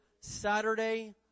Saturday